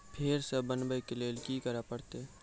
फेर सॅ बनबै के लेल की करे परतै?